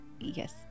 yes